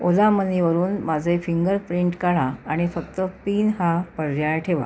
ओला मनीवरून माझे फिंगरप्रिंट काढा आणि फक्त पिन हा पर्याय ठेवा